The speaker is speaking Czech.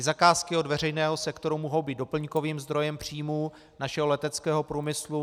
Zakázky od veřejného sektoru mohou být doplňkovým zdrojem příjmů našeho leteckého průmyslu.